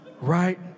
right